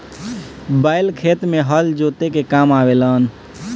बैल खेत में हल जोते के काम आवे लनअ